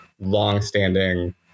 long-standing